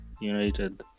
United